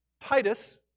Titus